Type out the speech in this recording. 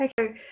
Okay